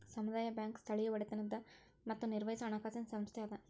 ಸಮುದಾಯ ಬ್ಯಾಂಕ್ ಸ್ಥಳೇಯ ಒಡೆತನದ್ ಮತ್ತ ನಿರ್ವಹಿಸೊ ಹಣಕಾಸಿನ್ ಸಂಸ್ಥೆ ಅದ